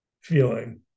feeling